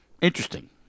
Interesting